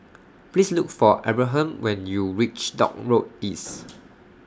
Please Look For Abraham when YOU REACH Dock Road East